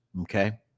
okay